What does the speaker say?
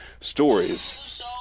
stories